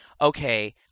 okay